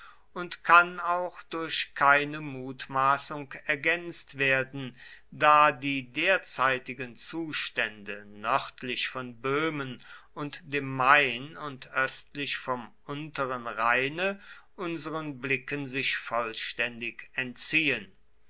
und kann auch durch keine mutmaßung ergänzt werden da die derzeitigen zustände nördlich von böhmen und dem main und östlich vom unteren rheine unseren blicken sich vollständig entziehen